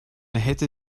hätte